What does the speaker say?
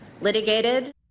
litigated